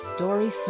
Story